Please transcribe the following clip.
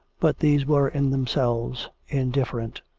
but these were, in themselves, indiffer ent.